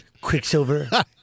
Quicksilver